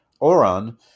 Oran